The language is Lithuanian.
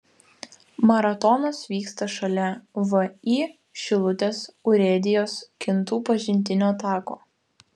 maratonas vyksta šalia vį šilutės urėdijos kintų pažintinio tako